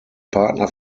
partner